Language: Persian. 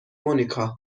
مونیکا